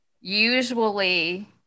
usually